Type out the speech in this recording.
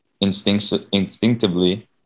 instinctively